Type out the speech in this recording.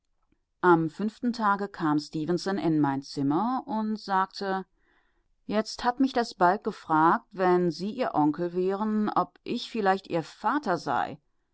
am fünften tage kam stefenson in mein zimmer und sagte jetzt hat mich das balg gefragt wenn sie ihr onkel wären ob ich vielleicht ihr vater sei